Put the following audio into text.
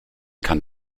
kann